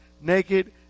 naked